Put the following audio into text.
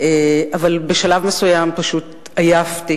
אבל בשלב מסוים פשוט עייפתי,